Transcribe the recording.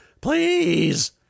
please